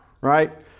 right